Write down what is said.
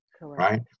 right